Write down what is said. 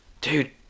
dude